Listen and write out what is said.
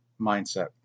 mindset